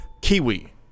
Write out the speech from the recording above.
kiwi